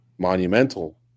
monumental